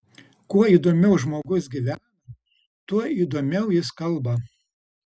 kuo įdomiau žmogus gyvena tuo įdomiau jis kalba